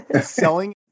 Selling